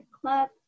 club